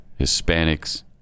Hispanics